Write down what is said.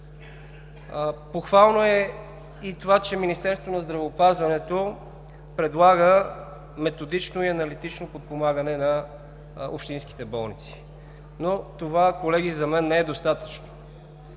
Похвално е и това, че Министерството на здравеопазването предлага методично и аналитично подпомагане на общинските болници. Но това, колеги, за мен не е достатъчно.